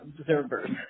observers